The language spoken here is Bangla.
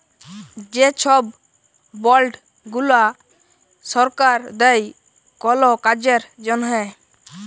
যে ছব বল্ড গুলা সরকার দেই কল কাজের জ্যনহে